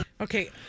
Okay